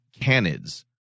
Canids